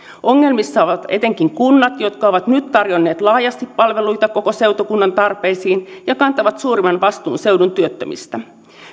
ongelmissa ovat etenkin kunnat jotka ovat nyt tarjonneet laajasti palveluita koko seutukunnan tarpeisiin ja kantavat suurimman vastuun seudun työttömistä